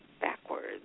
backwards